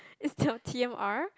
instead of T M R